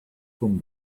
come